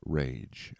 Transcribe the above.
rage